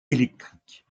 électriques